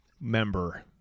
member